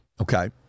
Okay